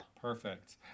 Perfect